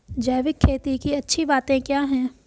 जैविक खेती की अच्छी बातें क्या हैं?